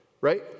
Right